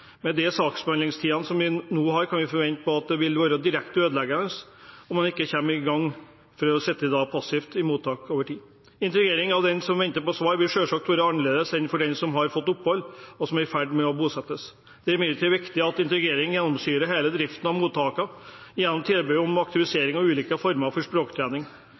vi starter med integreringen. Med saksbehandlingstidene vi nå kan forvente, vil det være direkte ødeleggende om man ikke kommer i gang, men lar folk sitte passive i mottak over tid. Integrering av den som venter på svar, vil selvsagt være annerledes enn for den som har fått opphold og er i ferd med å bosettes. Det er imidlertid viktig at integrering gjennomsyrer hele driften av mottakene gjennom tilbud om aktivisering og ulike former for språktrening.